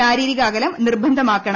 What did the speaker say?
ശാരീരിക ആകലം നിർബന്ധമാക്കണം